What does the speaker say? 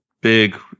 big